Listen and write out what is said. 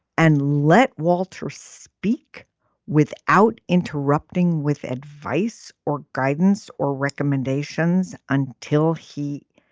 and let walter speak without interrupting with advice or guidance or recommendations until he